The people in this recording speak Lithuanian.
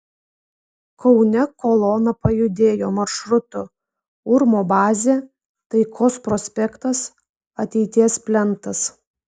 kaune kolona pajudėjo maršrutu urmo bazė taikos prospektas ateities plentas